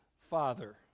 father